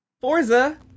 Forza